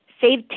save